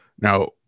Now